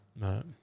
No